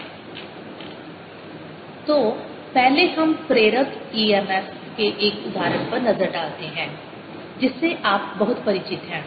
EMF dϕdt ddtBdS तो पहले हम प्रेरक emf के एक उदाहरण पर नजर डालते हैं जिससे आप बहुत परिचित हैं